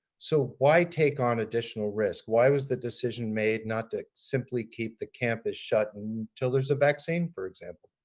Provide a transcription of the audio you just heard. so why take on additional risk? why was the decision made not to simply keep the campus shut and until there's a vaccine, for example?